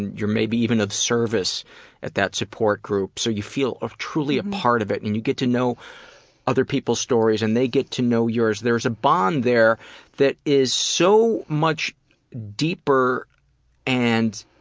you're maybe even of service at that support group, so you feel truly a part of it, and you get to know other people's stories and they get to know yours. there's a bond there that is so much deeper and